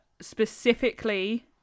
specifically